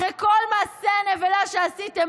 אחרי כל מעשי הנבלה שעשיתם,